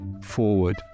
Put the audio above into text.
Forward